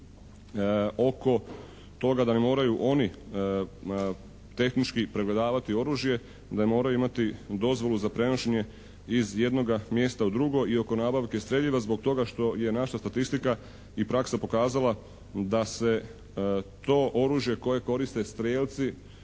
oko toga da ne moraju oni tehnički pregledavati oružje, da moraju imati dozvolu za prenošenje iz jednoga mjesta u drugo i oko nabavke streljiva zbog toga što je naša statistika i praksa pokazala da se to oružje koje koriste strijelci